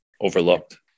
overlooked